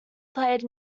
played